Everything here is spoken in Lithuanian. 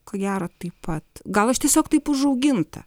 ko gero taip pat gal aš tiesiog taip užauginta